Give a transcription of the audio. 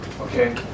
okay